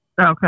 Okay